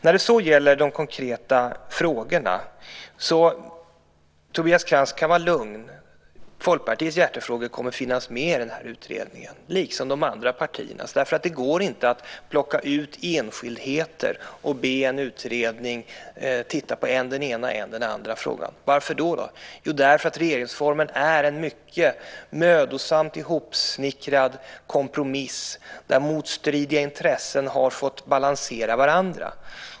När det så gäller de konkreta frågorna kan Tobias Krantz vara lugn: Folkpartiets hjärtefrågor kommer att finnas med i den här utredningen, liksom de andra partiernas. Det går nämligen inte att plocka ut enskildheter och be en utredning titta på än den ena, än den andra frågan. Och varför då? Jo, därför att regeringsformen är en mycket mödosamt ihopsnickrad kompromiss där motstridiga intressen har fått balansera varandra.